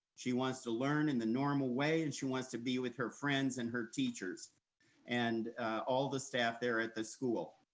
she wants to learn in the normal way and she wants to be with her friends and her teachers and all the staff there at the school.